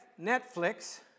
Netflix